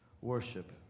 Worship